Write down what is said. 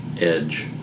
edge